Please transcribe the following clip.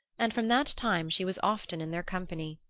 and from that time she was often in their company.